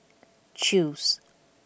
Chew's